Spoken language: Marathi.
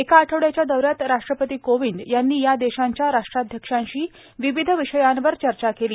एका आठवड्याच्या दौऱ्यात राष्ट्रपती कोविंद यांनी या देशांच्या राष्ट्राध्यक्षांशी विविध विषयांवर चर्चा केली